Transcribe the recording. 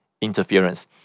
interference